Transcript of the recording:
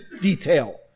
detail